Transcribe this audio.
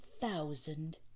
thousand